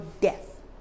death